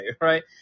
right